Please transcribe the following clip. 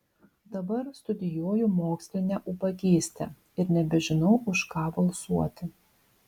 dabar studijuoju mokslinę ubagystę ir nebežinau už ką balsuoti